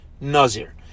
Nazir